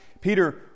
Peter